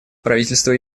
правительство